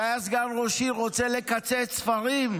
שהיה סגן ראש עיר, רוצה לקצץ ספרים,